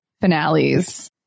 finales